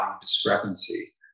discrepancy